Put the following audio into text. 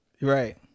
right